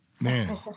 Man